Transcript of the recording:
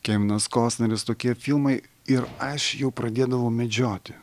kevinas kostneris tokie filmai ir aš jau pradėdavau medžioti